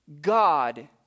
God